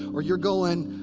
or you're going,